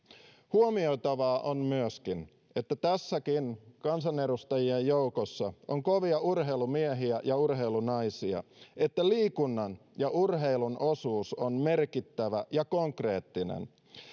huomioitavaa on myöskin tässäkin kansanedustajien joukossa on kovia urheilumiehiä ja ja urheilunaisia että liikunnan ja urheilun osuus on merkittävä ja konkreettinen